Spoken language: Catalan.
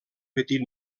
petit